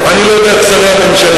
אני לא יודע איך שרי הממשלה.